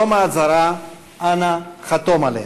ובתום ההצהרה אנא חתום עליה.